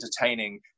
entertaining